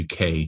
UK